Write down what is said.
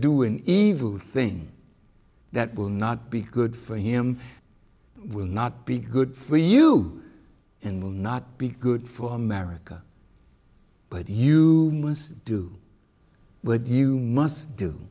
do an evil thing that will not be good for him will not be good for you and will not be good for america but you do but you must do